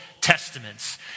testaments